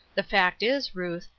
the fact is, ruth,